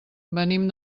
venim